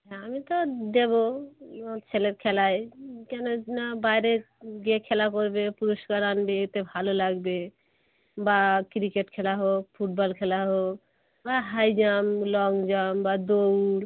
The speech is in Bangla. হ্যাঁ আমি তো দেবো ছেলের খেলায় কেননা বায়রে গিয়ে খেলা করবে পুরস্কার আনবে এতে ভালো লাগবে বা ক্রিকেট খেলা হোক ফুটবল খেলা হোক বা হাই জাম্প বা লং জাম্প বা দৌড়